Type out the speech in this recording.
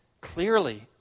Clearly